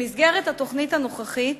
במסגרת התוכנית הנוכחית